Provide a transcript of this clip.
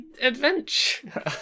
adventure